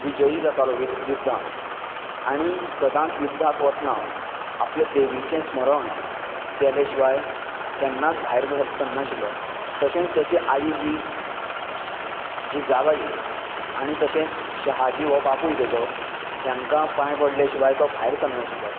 विजयी जातालो युध्दांत आनी सदांच युध्दाक वतना आपले देवीचें स्मरण केले शिवाय केन्नाच भायर सरनाशिल्लो तशेंच तेजे आई जी जिजाबाई आनी तशेंच शाहाजी हो बापूय तेजो हेंकां पायां पडले शिवाय तो भायर सरनाशिल्लो